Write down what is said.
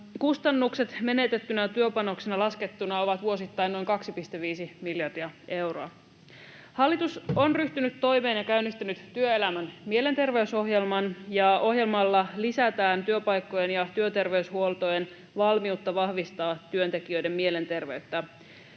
Kustannukset menetettynä työpanoksena laskettuna ovat vuosittain noin 2,5 miljardia euroa. Hallitus on ryhtynyt toimeen ja käynnistänyt työelämän mielenterveysohjelman. Ohjelmalla lisätään työpaikkojen ja työterveyshuoltojen valmiutta vahvistaa työntekijöiden mielenterveyttä.